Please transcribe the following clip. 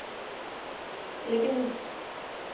लेकन